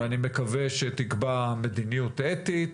ואני מקווה שהיא תקבעה מדיניות אתית,